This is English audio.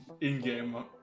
In-game